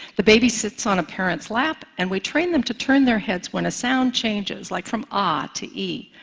the baby sits on a parent's lap and we train them to turn their heads when a sound changes like from ah to e.